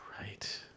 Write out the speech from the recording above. right